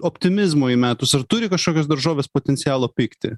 optimizmo įmetus ar turi kažkokios daržovės potencialo pigti